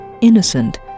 innocent